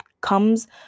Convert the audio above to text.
comes